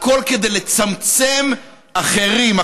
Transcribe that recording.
הכול כדי לצמצם אחרים,